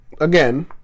again